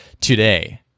today